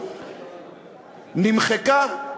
נמחקה,